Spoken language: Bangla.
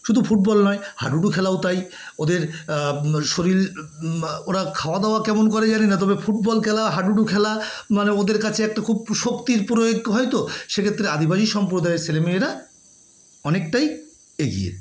শুধু ফুটবল নয় হাডুডু খেলাও তাই ওদের শরীর ওরা খাওয়া দাওয়া কেমন করে জানি না তবে ফুটবল খেলা হাডুডু খেলা মানে ওদের কাছে একটা খুব শক্তির প্রয়োগ হয় তো সে ক্ষেত্রে আদিবাসী সম্প্রদায়ের ছেলেমেয়েরা অনেকটাই এগিয়ে